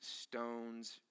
stones